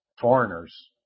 foreigners